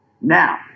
Now